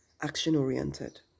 action-oriented